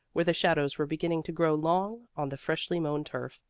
where the shadows were beginning to grow long on the freshly mown turf,